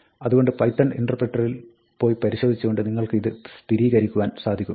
അതുകൊണ്ട് പൈത്തൺ ഇന്റർപ്രിറ്ററിൽ പോയി പരിശോധിച്ചുകൊണ്ട് നിങ്ങൾക്ക് ഇത് സ്ഥിരീകരിക്കുവാൻ സാധിക്കും